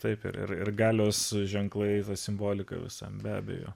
taip ir ir galios ženklais simbolika visam be abejo